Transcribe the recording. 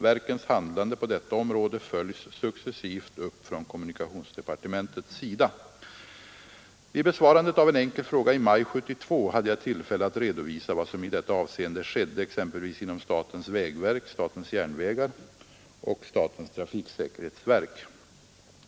Verkens handlande på detta område följs successivt upp från kommunikationsdepartementets sida. Vid besvarandet av en enkel fråga i maj 1972 hade jag tillfälle att redovisa vad som i detta avseende skedde exempelvis inom statens vägverk, statens järnvägar och statens trafiksäkerhetsverk.